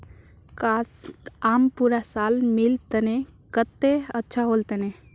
काश, आम पूरा साल मिल तने कत्ते अच्छा होल तने